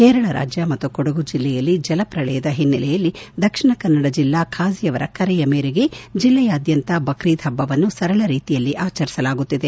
ಕೇರಳ ರಾಜ್ಯ ಮತ್ತು ಕೊಡಗು ಜಿಲ್ಲೆಯಲ್ಲಿ ಜಲಪ್ರಳಯದ ಹಿನ್ನೆಲೆಯಲ್ಲಿ ದಕ್ಷಿಣ ಕನ್ನಡ ಜಿಲ್ಲಾ ಖಾಜಿಯವರ ಕರೆಯ ಮೇರೆಗೆ ಜಿಲ್ಲೆಯಾದ್ಯಂತ ಬಕ್ರೀದ್ ಹಬ್ಬವನ್ನು ಸರಳ ರೀತಿಯಲ್ಲಿ ಆಚರಿಸಲಾಗುತ್ತಿದೆ